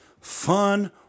fun